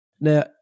Now